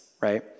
right